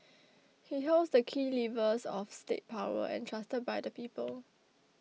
he holds the key levers of state power entrusted by the people